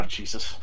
Jesus